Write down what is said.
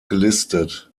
gelistet